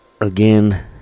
again